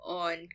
on